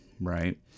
right